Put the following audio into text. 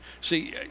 See